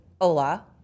hola